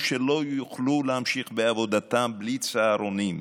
שלא יוכלו להמשיך בעבודתם בלי צהרונים.